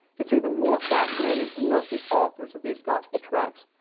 it's even more fascinating to note the authors of these gospel tracts.